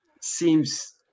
seems